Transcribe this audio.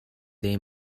they